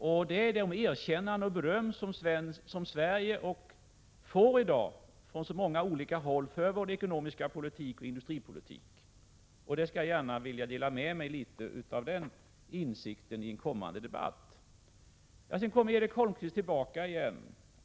Sverige får i dag erkännanden och beröm från många olika håll för sin ekonomiska politik och industripolitik. Jag skulle gärna vilja dela med mig litet av den insikten i en kommande debatt.